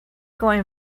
going